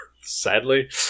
Sadly